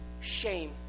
shame